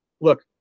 look